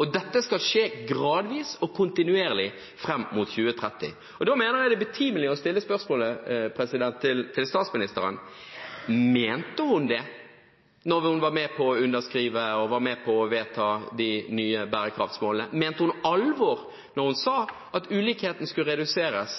og dette skal skje gradvis og kontinuerlig fram mot 2030. Da mener jeg det er betimelig å stille følgende spørsmål til statsministeren: Mente hun det da hun var med på å underskrive – og var med på å vedta – de nye bærekraftsmålene? Mente hun alvor da hun sa at ulikhetene skulle reduseres?